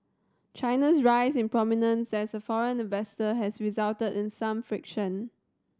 China's rise in prominence as a foreign investor has resulted in some friction